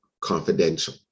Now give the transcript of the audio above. confidential